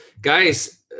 guys